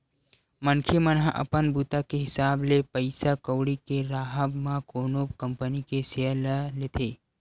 मनखे मन ह अपन बूता के हिसाब ले पइसा कउड़ी के राहब म कोनो कंपनी के सेयर ल लेथे